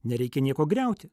nereikia nieko griauti